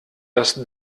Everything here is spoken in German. das